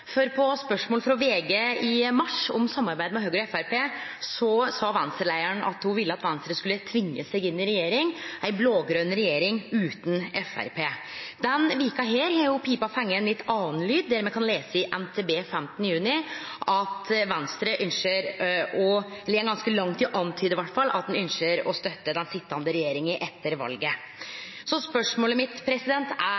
for på spørsmål frå VG i mars om samarbeid med Høgre og Framstegspartiet sa Venstre-leiaren at ho ville at Venstre skulle tvinge seg inn i regjering – ei blå-grøn regjering utan Framstegspartiet. Denne veka har pipa fått ein litt annan lyd. Me kan lese hos NTB 15. juni at Venstre ynskjer – eller går langt i å antyde iallfall – å støtte den sitjande regjeringa etter valet. Så spørsmålet mitt er